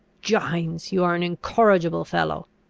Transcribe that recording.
gines! you are an incorrigible fellow.